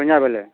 ସନ୍ଧ୍ୟା ବେଲେ